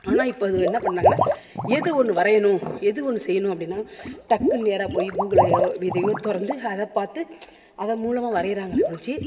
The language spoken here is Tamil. ஆனால் இப்போ அது என்ன பண்ணிணாங்கனா எது ஒன்று வரையணும் எது ஒன்று செய்யணும் அப்படின்னா டக்குன்நு நேராக போய் கூகிளையோ விதியோ திறந்து அதை பார்த்து அது மூலமாக வரையறாங்களே ஒழிஞ்சு